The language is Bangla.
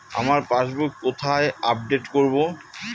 আমার পাসবুক কোথায় আপডেট করব?